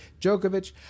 Djokovic